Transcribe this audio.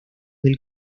del